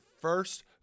first